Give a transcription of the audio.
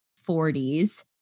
40s